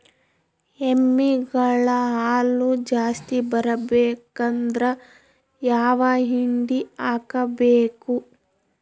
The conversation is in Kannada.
ಎಮ್ಮಿ ಗಳ ಹಾಲು ಜಾಸ್ತಿ ಬರಬೇಕಂದ್ರ ಯಾವ ಹಿಂಡಿ ಹಾಕಬೇಕು?